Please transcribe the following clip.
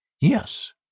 Yes